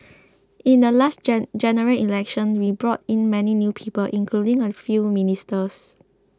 in the last gene General Election we brought in many new people including a few ministers